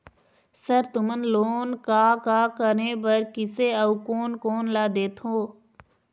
Sir तुमन loan का का करें बर, किसे अउ कोन कोन ला देथों?